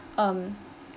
um